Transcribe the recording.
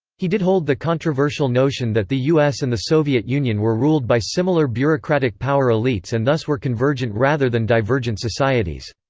he did hold the controversial notion that the us and the soviet union were ruled by similar bureaucratic power elites and thus were convergent rather than divergent societies.